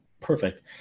Perfect